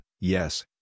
yes